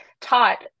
taught